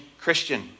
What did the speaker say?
Christian